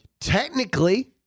Technically